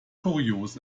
kurios